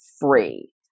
free